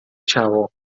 ciało